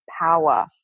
power